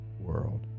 world